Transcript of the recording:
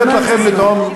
לתת לכם לטעום,